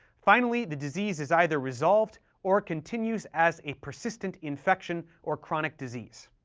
finally, the disease is either resolved, or continues as a persistent infection or chronic disease.